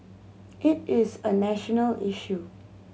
it is a national issue